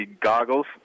goggles